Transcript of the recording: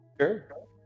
Sure